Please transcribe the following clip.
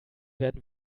werden